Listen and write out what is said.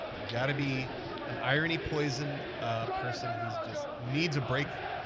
you gotta be an irony-poisoned person whose just needs a break from that.